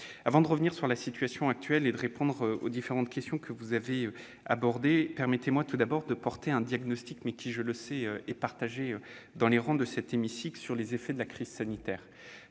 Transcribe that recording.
Avant de revenir sur la situation actuelle et de répondre aux différentes questions que vous avez abordées, permettez-moi tout d'abord de poser un diagnostic, qui est, je le sais, partagé sur les travées de cet hémicycle, sur les effets de la crise sanitaire.